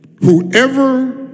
Whoever